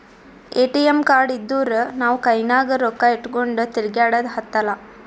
ATM card ಇದ್ದೂರ್ ನಾವು ಕೈನಾಗ್ ರೊಕ್ಕಾ ಇಟ್ಗೊಂಡ್ ತಿರ್ಗ್ಯಾಡದ್ ಹತ್ತಲಾ